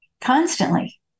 Constantly